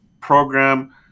program